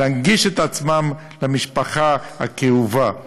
להנגיש את עצמם למשפחה הכאובה.